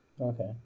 Okay